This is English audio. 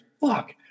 fuck